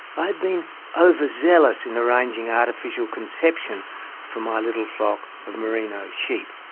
i had been overzealous in arranging artificial conception for my little flock of merino sheep.